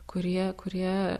kurie kurie